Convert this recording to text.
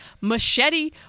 machete